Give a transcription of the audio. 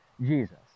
Jesus